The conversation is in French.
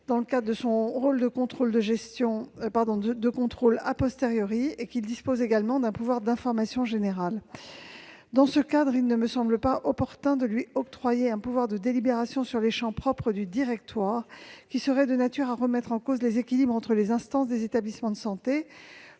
dans le cadre de son rôle de contrôle Le conseil de surveillance dispose également d'un pouvoir d'information générale. Dans ce cadre, il ne me semble pas opportun de lui octroyer un pouvoir de délibération sur les champs propres du directoire, ce qui serait de nature à remettre en cause les équilibres entre les instances des établissements de santé.